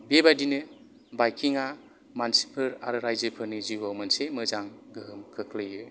बेबादिनो बाइकिंआ मानसिफोर आरो रायजोफोरनि जिउआव मोनसे मोजां गोहोम खोख्लैयो